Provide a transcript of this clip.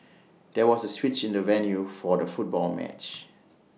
there was A switch in the venue for the football match